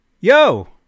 Yo